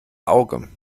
auge